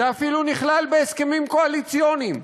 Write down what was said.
זה אפילו נכלל בהסכמים קואליציוניים.